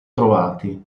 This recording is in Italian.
trovati